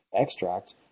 extract